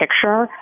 picture